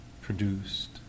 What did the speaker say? produced